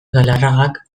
galarragak